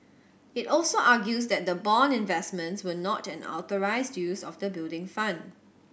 it also argues that the bond investments were not an authorised use of the Building Fund